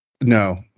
No